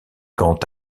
quant